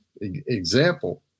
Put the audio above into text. example